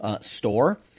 store